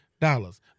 dollars